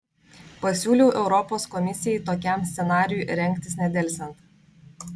pasiūliau europos komisijai tokiam scenarijui rengtis nedelsiant